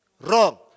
wrong